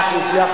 מאה אחוז.